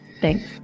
Thanks